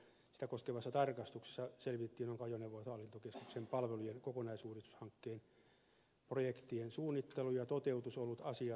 sitä koskevassa tarkastuksessa selvitettiin onko ajoneuvohallintokeskuksen palvelujen kokonaisuudistushankkeen projektien suunnittelu ja toteutus ollut asianmukaista